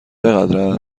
چقدر